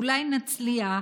אולי נצליח